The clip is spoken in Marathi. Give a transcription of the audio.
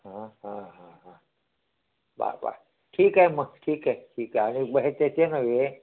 हां हां हां हां बा बा ठीक आहे मग ठीक आहे ठीक आहे आणि ब हे ते ते नव्हे